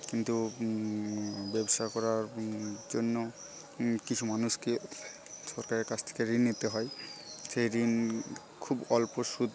কিন্তু ব্যবসা করার জন্য কিছু মানুষকে সরকারের কাছ থেকে ঋণ নিতে হয় সেই ঋণ খুব অল্প সুদ